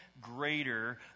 greater